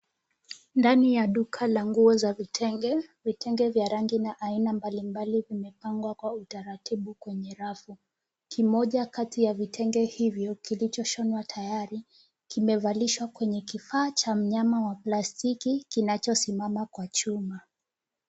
Ndani ya duka la nguo za vitenge. Vitenge vya rangi na aina mbalimbali vimepangwa kwa utaratibu kwenye rafu. Kimoja kati ya vitenge hivyo kilichoshonwa tayari kimevalishwa kwenye kifaa cha mnyama wa plastiki kinachosimama kwa chuma.